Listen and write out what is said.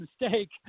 mistake